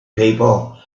people